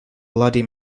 bloody